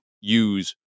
use